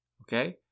Okay